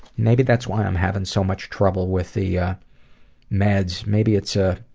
maybe that's why i'm having so much trouble with the meds maybe it's a